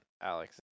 Alex